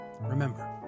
Remember